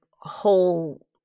whole